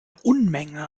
unmenge